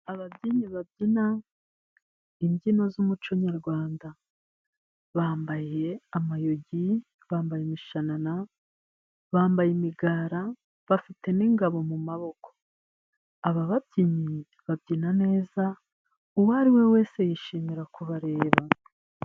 Ababyinnyi babyina imbyino z'umuco nyarwanda, bambaye amayugi bambara imishanana bambaye imigara, bafite n'ingabo mu maboko. Aba babyinnyi babyina neza uwo ari we wese yishimira kubareba.